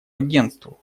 агентству